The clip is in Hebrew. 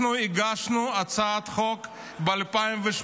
אנחנו הגשנו הצעת חוק ב-2018,